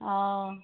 অঁ